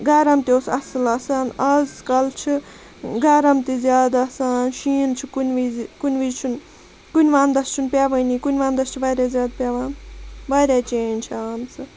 گَرَم تہِ اوس اَصل آسان آز کَل چھِ گَرَم تہِ زیادٕ آسان شیٖن چھُ کُنہِ وِزِ کُنہِ وِز چھُنہٕ کُنہِ وَنٛدَس چھُنہٕ پیٚوٲنی کُنہِ وَنٛدَس چھِ واریاہ زیادٕ پیٚوان واریاہ چینٛج چھِ آمژٕ